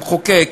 המחוקק,